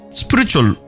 spiritual